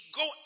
go